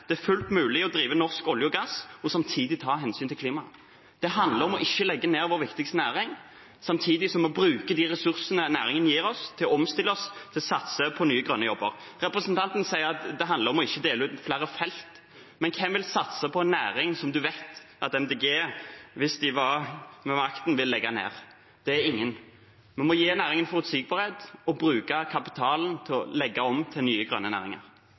det er fullt mulig å drive norsk olje- og gassvirksomhet og samtidig ta hensyn til klimaet. Det handler om ikke å legge ned vår viktigste næring, samtidig som vi bruker de ressursene næringen gir oss, til å omstille oss og satse på nye, grønne jobber. Representanten sier at det handler om ikke å dele ut flere felt. Men hvem vil satse på en næring som man vet at Miljøpartiet De Grønne, hvis de satt med makten, vil legge ned? Det vil ingen. Vi må gi næringen forutsigbarhet og bruke kapitalen til å legge om til nye, grønne næringer.